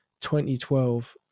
2012